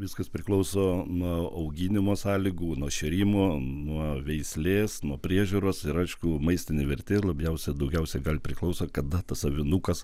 viskas priklauso nuo auginimo sąlygų nuo šėrimo nuo veislės nuo priežiūros ir aišku maistinė vertė labiausia daugiausia priklauso kada tas avinukas